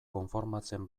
konformatzen